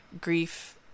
grief